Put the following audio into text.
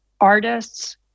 artists